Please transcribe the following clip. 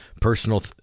personal